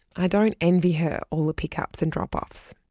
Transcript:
i don't envy her all the pickups and drop offs.